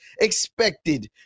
expected